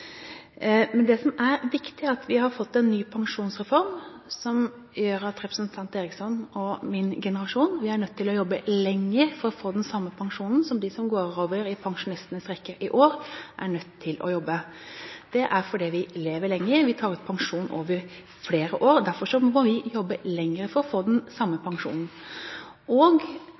Men det som er viktig, er at vi har fått en ny pensjonsreform som gjør at representanten Eriksson og min generasjon er nødt til å jobbe lenger for å få den samme pensjonen som de som går over i pensjonistenes rekker i år. Vi lever lenger, vi tar ut pensjon over flere år, og derfor må vi jobbe lenger for å få den samme pensjonen.